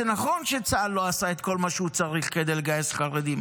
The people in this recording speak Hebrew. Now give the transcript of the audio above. זה נכון שצה"ל לא עשה את כל מה שהוא צריך כדי לגייס חרדים.